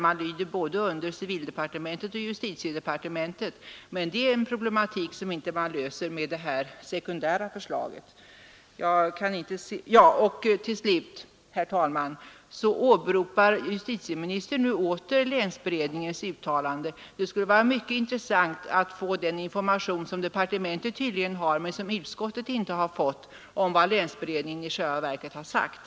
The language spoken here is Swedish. Man lyder både under civildepartementet och justitiedepartementet, men det är en problematik som inte löses med detta sekundära förslag. Till slut, herr talman, åberopar justitieministern nu åter länsberedningens uttalande. Det vore mycket intressant att få den information som departementet tydligen har men som inte utskottet har fått om vad länsberedningen i själva verket har sagt.